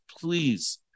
please